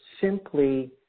simply